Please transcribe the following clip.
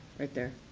right there.